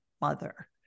mother